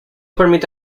permite